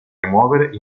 rimuovere